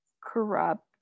corrupt